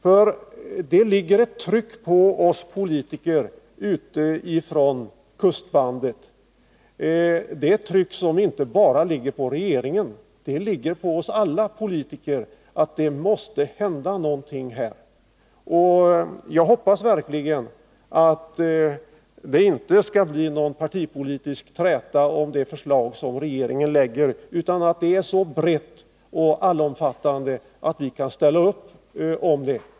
Det ligger nämligen ett tryck från folk ute i kustbandet på alla politiker — inte bara på regeringen — att det måste hända någonting på detta område. Jag hoppas verkligen att det inte skall bli någon partipolitisk träta om det förslag regeringen lägger fram, utan att detta är så brett och allomfattande att vi kan ställa upp bakom det.